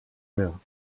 mehr